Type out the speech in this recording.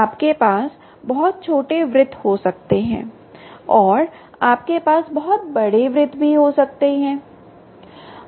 आपके पास बहुत छोटे वृत्त हो सकते हैं और आपके पास बहुत बड़े वृत्त हो सकते हैं